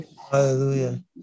Hallelujah